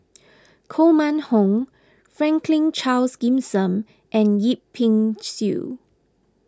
Koh Mun Hong Franklin Charles Gimson and Yip Pin Xiu